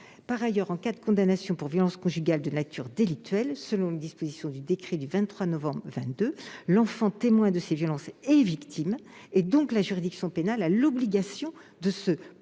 Par ailleurs, en cas de condamnation pour violences conjugales de nature délictuelle, selon les dispositions du décret du 23 novembre 2021, l'enfant témoin de ces violences est considéré comme une victime ; la juridiction pénale a donc l'obligation de se prononcer